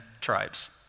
tribes